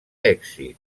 èxit